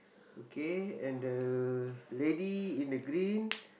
okay and the lady in the green